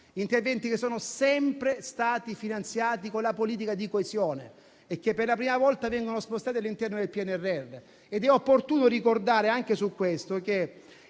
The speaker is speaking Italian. interventi, che sono sempre stati finanziati con la politica di coesione e che per la prima volta vengono spostati all'interno del PNRR. Ed è opportuno ricordare anche a questo